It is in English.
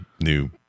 new